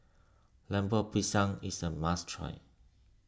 Lemper Pisang is a must try